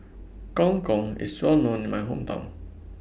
Gong Gong IS Well known in My Hometown